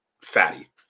fatty